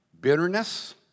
bitterness